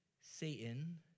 Satan